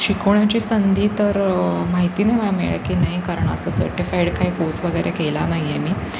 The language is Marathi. शिकवण्याची संधी तर माहिती नाही मला मिळेल की नाही कारण असं सर्टिफाईड काय कोर्स वगैरे केला नाही आहे मी